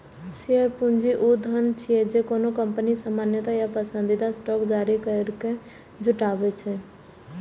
share पूंजी ऊ धन छियै, जे कोनो कंपनी सामान्य या पसंदीदा स्टॉक जारी करैके जुटबै छै